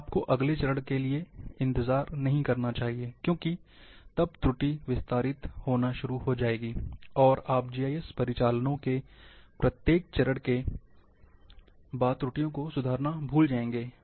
आपको अगले चरण के लिए नहीं जाना चाहिए क्योंकि तब त्रुटि विस्तारित होना शुरू हो जाएगी और आप जीआईएस परिचालनों के प्रत्येक चरण के बाद त्रुटियों को सुधारना भूल जाएंगे